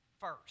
first